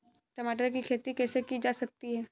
टमाटर की खेती कैसे की जा सकती है?